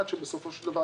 עד שבסופו של דבר,